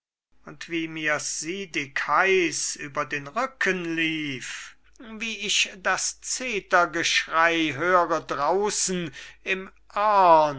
und wie mir's siedigheiß über den buckel lief wie ich das zettergeschrey höre draussen im